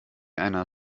einer